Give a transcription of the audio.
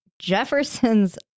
Jefferson's